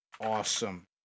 awesome